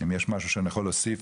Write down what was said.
אם יש משהו שאני יכול להוסיף,